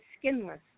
skinless